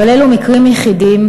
אבל אלו מקרים יחידים,